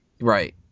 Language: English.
Right